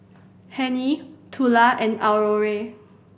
Hennie Tula and Aurore